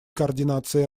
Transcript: координации